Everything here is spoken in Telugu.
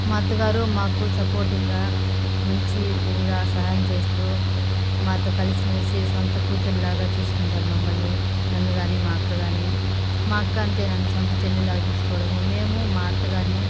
మా అత్తగారు మాకు సపోర్టింగ్గా మంచి ఇదిగా సహాయం చేస్తూ మాతో కలిసి మెలిసి సొంత కూతురు లాగా చూసుకుంటారు మమ్మల్ని నన్ను కానీ మా అక్క గాని మా అక్క అంతే నన్ను సొంత చెల్లిలా చూసుకోవడము మేము మా అత్తగారిని